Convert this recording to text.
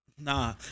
Nah